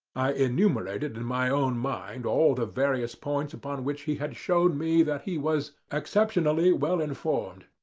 i enumerated in my own mind all the various points upon which he had shown me that he was exceptionally well-informed.